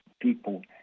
people